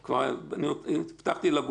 הבטחתי לגופים האחרים.